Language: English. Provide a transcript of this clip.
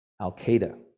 Al-Qaeda